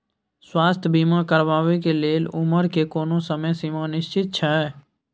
स्वास्थ्य बीमा करेवाक के लेल उमर के कोनो समय सीमा निश्चित छै?